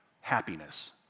happiness